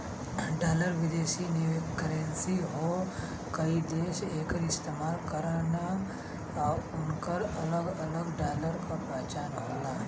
dollar विदेशी currency हौ कई देश एकर इस्तेमाल करलन उनकर अलग अलग डॉलर क पहचान होला